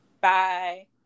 bye